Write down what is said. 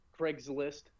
Craigslist